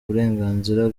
uburenganzira